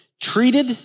treated